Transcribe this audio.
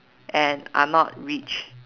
and I'm not rich